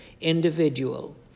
individual